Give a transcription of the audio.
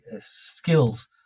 skills